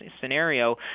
scenario